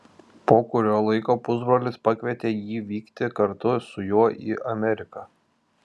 po kurio laiko pusbrolis pakvietė jį vykti kartu su juo į ameriką